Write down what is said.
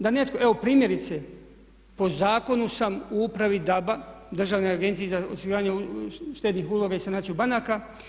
Da netko, evo primjerice po zakonu sam u upravi DABA Državne agencije za osiguranje štednih uloga i sanaciju banaka.